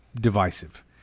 divisive